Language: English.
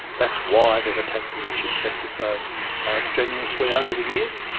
that's why they've attacked the woodchip sector so strenuously over the years.